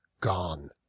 gone